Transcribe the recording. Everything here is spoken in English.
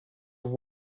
have